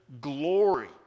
glory